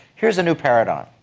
here's a new paradigm.